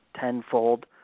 tenfold